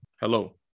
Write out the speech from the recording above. Hello